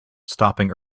stopping